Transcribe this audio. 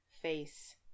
face